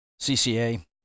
CCA